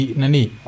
nani